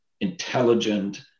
intelligent